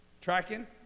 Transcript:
Tracking